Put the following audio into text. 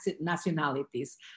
nationalities